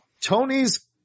Tony's